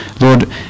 Lord